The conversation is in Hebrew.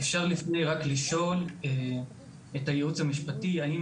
אפשר רק לשאול את הייעוץ המשפטי האם